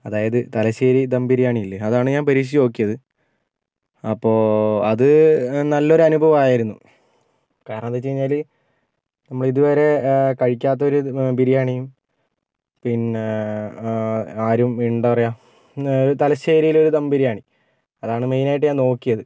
അതായത് തലശ്ശേരി ദം ബിരിയാണിയില്ലേ അതാണ് ഞാൻ പരീക്ഷിച്ച് നോക്കിയത് അപ്പോൾ അത് നല്ലൊരനുഭവമായിരുന്നു കാരണമെന്താണെന്ന് വെച്ച് കഴിഞ്ഞാൽ നമ്മളിതുവരെ കഴിക്കാത്തൊരു ബിരിയാണിയും പിന്നെ ആരും എന്താ പറയുക തലശ്ശേരിയിലെ ഒരു ദം ബിരിയാണി അതാണ് മെയിനായിട്ട് ഞാൻ നോക്കിയത്